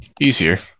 Easier